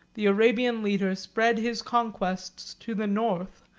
the arabian leader spread his conquests to the north,